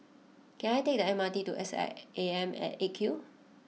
can I take the M R T to S I A M at eight Q